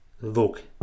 look